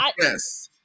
Yes